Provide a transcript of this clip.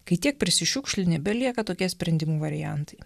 kai tiek prisišiukšlini belieka tokie sprendimų variantai